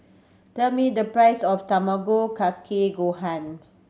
tell me the price of Tamago Kake Gohan